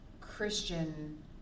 Christian